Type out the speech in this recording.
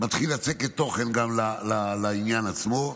בהחלט מתחיל לצקת תוכן גם לעניין עצמו.